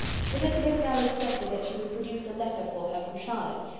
elizabeth now expected that she would produce a letter for her from charlotte,